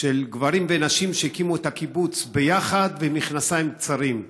של גברים ונשים שהקימו את הקיבוץ ביחד במכנסיים קצרים.